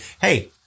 hey